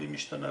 ואם השתנה,